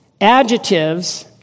adjectives